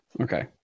Okay